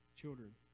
children